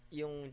yung